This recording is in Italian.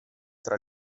tra